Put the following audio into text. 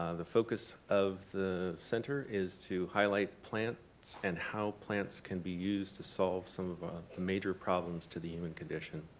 ah the focus of the center is to highlight plants and how plants can be used to solve some of major problems to the human condition.